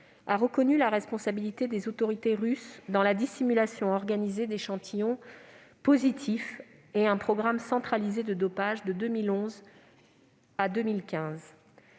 a reconnu la responsabilité des autorités russes dans la dissimulation organisée d'échantillons positifs et un programme centralisé de dopage entre 2011 et 2015.